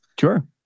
sure